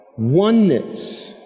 oneness